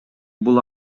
бул